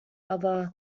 others